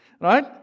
Right